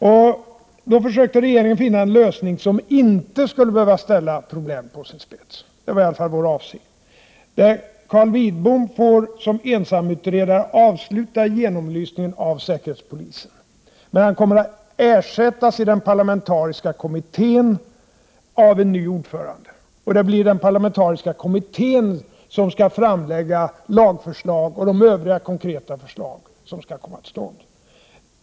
Regeringen försökte finna en lösning som inte skulle behöva ställa problemet på sin spets. Det var i alla fall vår avsikt. Carl Lidbom får, som ensamutredare, avsluta genomlysningen av säkerhetspolisen. Men han kommer att ersättas i den parlamentariska kommittén av en ny ordförande. Det blir den parlamentariska kommittén som skall framlägga lagförslag och övriga konkreta förslag som skall komma till stånd.